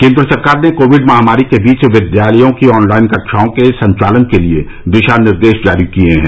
केन्द्र सरकार ने कोविड महामारी के बीच विद्यालयों की ऑनलाइन कक्षाओं के संचालन के लिए दिशानिर्देश जारी किए हैं